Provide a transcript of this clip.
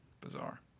Bizarre